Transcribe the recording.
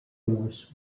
norse